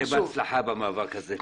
שיהיה בהצלחה במאבק הזה.